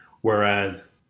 Whereas